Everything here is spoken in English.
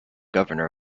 governor